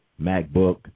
MacBook